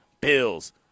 Bills